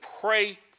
pray